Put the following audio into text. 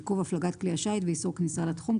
עיכוב הפלגת כלי השיט ואיסור כניסה לתחום,